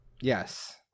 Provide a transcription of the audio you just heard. Yes